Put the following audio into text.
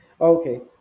Okay